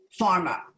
pharma